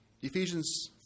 Ephesians